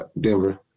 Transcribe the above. Denver